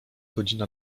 godzina